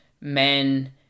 men